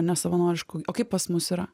nesavanoriškų o kaip pas mus yra